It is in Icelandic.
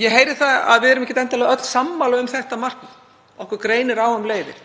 Ég heyri að við erum ekki endilega öll sammála um þetta markmið. Okkur greinir á um leiðir.